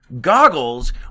Goggles